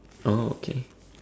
oh okay